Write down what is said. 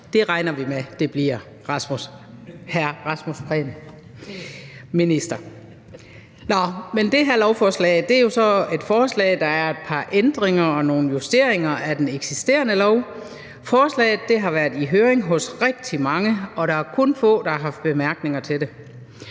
Det regner vi med det bliver, hr. minister. Nå, men det her lovforslag er jo så et forslag, der indeholder et par ændringer og nogle justeringer af den eksisterende lovgivning. Forslaget har været i høring hos rigtig mange, og der er kun få, der har haft bemærkninger til det.